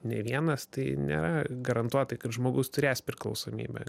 ne vienas tai nėra garantuotai kad žmogus turės priklausomybę